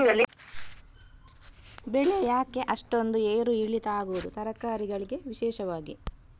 ಬೆಳೆ ಯಾಕೆ ಅಷ್ಟೊಂದು ಏರು ಇಳಿತ ಆಗುವುದು, ತರಕಾರಿ ಗಳಿಗೆ ವಿಶೇಷವಾಗಿ?